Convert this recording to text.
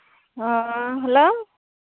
ᱦᱚᱸ ᱦᱮᱞᱳ